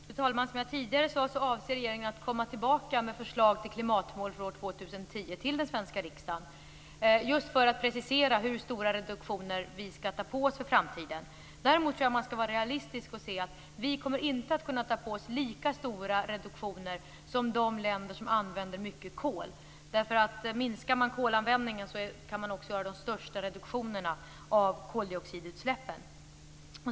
Fru talman! Som jag tidigare sade avser regeringen att komma tillbaka till den svenska riksdagen med förslag till klimatvård för år 2010, just för att precisera hur stora reduktioner vi skall ta på oss inför framtiden. Däremot tror jag att vi skall vara realistiska och inse att vi inte kommer att kunna ta på oss lika stora reduktioner som de länder som använder mycket kol, därför att om de minskar kolanvändningen kan de också göra de största reduktionerna av koldioxidutsläppen.